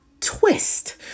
twist